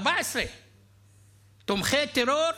14 תומכי טרור,